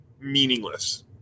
meaningless